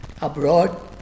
Abroad